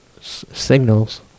signals